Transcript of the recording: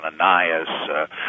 Ananias